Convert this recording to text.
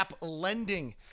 Lending